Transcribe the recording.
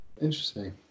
interesting